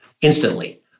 instantly